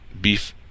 beef